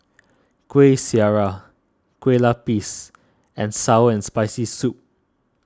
Kuih Syara Kueh Lupis and Sour and Spicy Soup